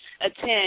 attend